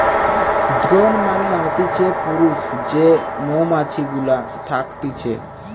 drone মানে হতিছে পুরুষ যে মৌমাছি গুলা থকতিছে